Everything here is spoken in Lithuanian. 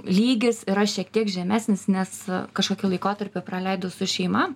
lygis yra šiek tiek žemesnis nes kažkokį laikotarpį praleidau su šeima